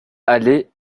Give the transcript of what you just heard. allée